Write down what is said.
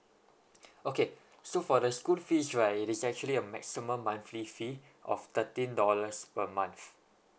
okay so for the school fees right it is actually a maximum monthly fee of thirteen dollars per month